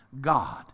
God